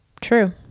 True